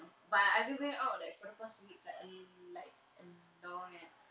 but I I've been going out like for the past few weeks like a like a long eh